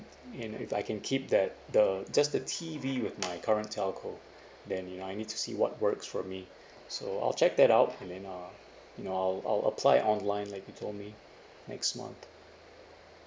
and if I can keep that the just the T_V with my current telco then you know I need to see what works for me so I'll check that out and then uh you know I'll I'll apply online like you told me next month